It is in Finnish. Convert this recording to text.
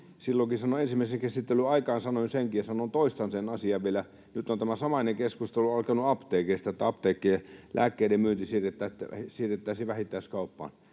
Silloinkin ensimmäisen käsittelyn aikaan sanoin, ja toistan sen asian vielä, että nyt on tämä samainen keskustelu alkanut apteekeista, että apteekkien lääkkeiden myynti siirrettäisiin vähittäiskauppaan.